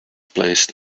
placed